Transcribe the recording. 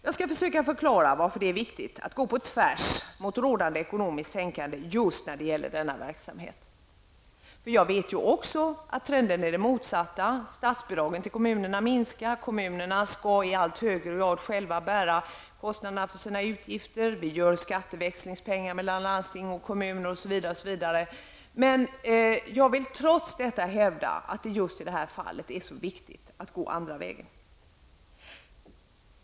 Jag skall försöka förklara varför det är viktigt att gå på tvärs mot rådande ekonomiskt tänkande just när det gäller denna verksamhet. Jag vet också att trenderna är de motsatta. Statsbidragen till kommunerna minskar. Kommunerna skall i allt högre grad själva bära kostnaderna för sina utgifter. Vi ordnar skatteväxlingspengar mellan landsting och kommuner osv. Men jag vill trots detta hävda att det just i det här fallet är viktigt att gå andra vägen.